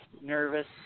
nervous